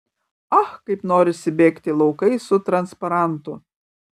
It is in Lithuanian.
ach kaip norisi bėgti laukais su transparantu